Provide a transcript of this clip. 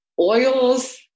oils